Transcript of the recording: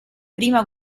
prima